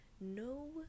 no